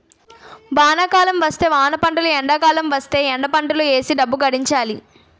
వానాకాలం వస్తే వానపంటలు ఎండాకాలం వస్తేయ్ ఎండపంటలు ఏసీ డబ్బు గడించాలి